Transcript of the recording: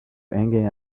hanging